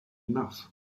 enough